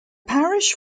parish